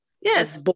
yes